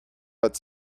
but